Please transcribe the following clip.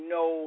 no